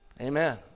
Amen